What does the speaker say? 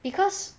because